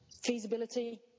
Feasibility